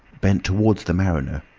bent towards the mariner,